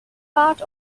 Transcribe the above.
part